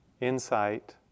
insight